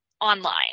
online